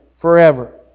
forever